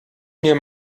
mir